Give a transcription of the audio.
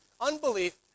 Unbelief